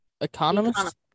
Economist